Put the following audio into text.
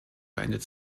beendet